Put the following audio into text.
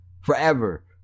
forever